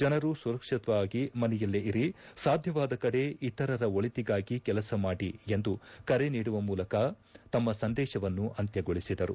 ಜನರು ಸುರಕ್ಷಿತವಾಗಿ ಮನೆಯಲ್ಲೇ ಇರಿ ಸಾಧ್ಯವಾದ ಕಡೆ ಇತರರ ಒಳಿತಿಗಾಗಿ ಕೆಲಸ ಮಾಡಿ ಎಂದು ಕರೆ ನೀಡುವ ಮೂಲಕ ತಮ್ಮ ಸಂದೇಶವನ್ನು ಅಂತ್ಯಗೊಳಿಸಿದರು